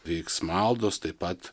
vyks maldos taip pat